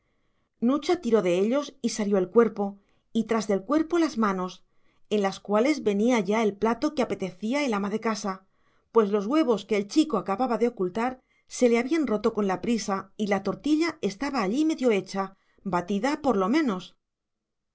nucha tiró de ellos y salió el cuerpo y tras del cuerpo las manos en las cuales venía ya el plato que apetecía el ama de casa pues los huevos que el chico acababa de ocultar se le habían roto con la prisa y la tortilla estaba allí medio hecha batida por lo menos